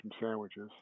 sandwiches